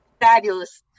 Fabulous